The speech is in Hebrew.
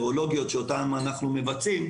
הסרולוגיות שאותן אנחנו מבצעים,